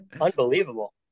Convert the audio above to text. Unbelievable